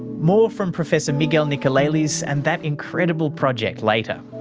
more from professor miguel nicolelis and that incredible project later.